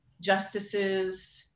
justices